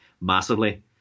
massively